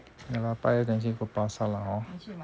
ya lah 拜二 then 去巴刹 lah hor